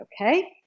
Okay